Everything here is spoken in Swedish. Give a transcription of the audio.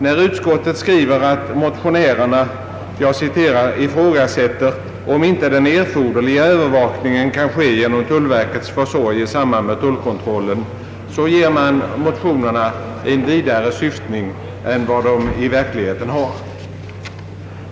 När utskottet skriver att motionärerna »ifrågasätter om inte den erforderliga övervakningen kan ske genom tullverkets försorg i samband med tullkontrollen» så ger man motionerna en vidare syftning än vad de i verkligheten har.